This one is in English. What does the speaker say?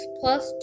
plus